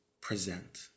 present